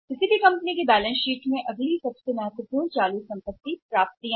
किसी भी कंपनी की उक्त बैलेंस शीट में अगली महत्वपूर्ण चालू संपत्ति खाते हैं प्राप्तियों